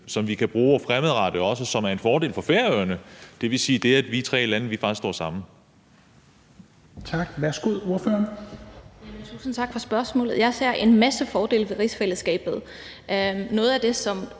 som vi kan bruge fremadrettet, og som også er en fordel for Færøerne – altså det, at vi tre lande faktisk står sammen?